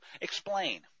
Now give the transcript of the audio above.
explain